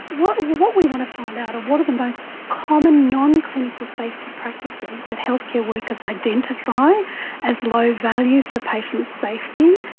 what what we want to find out are what are the most common nonclinical safety practices that healthcare workers identify as low value for patient safety.